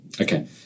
Okay